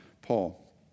Paul